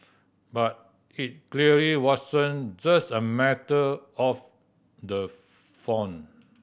but it clearly wasn't just a matter of the font